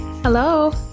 Hello